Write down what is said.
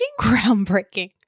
Groundbreaking